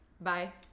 Bye